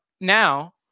now